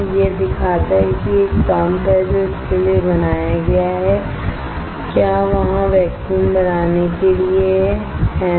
यह दिखाता है कि एक पंप है जो क्या वहाँ वैक्यूम बनाने के लिए बनाया गया है है ना